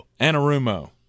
Anarumo